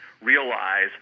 realize